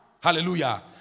Hallelujah